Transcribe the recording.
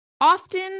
often